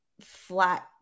flat